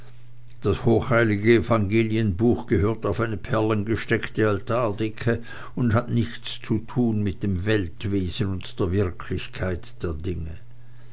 das hochheilige evangelienbuch gehört auf eine perlengestickte altardecke und hat nichts zu tun mit dem weltwesen und der wirklichkeit der dinge